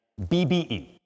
BBE